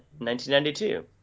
1992